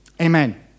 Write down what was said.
Amen